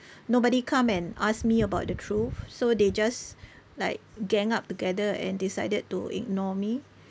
nobody come and ask me about the truth so they just like gang up together and decided to ignore me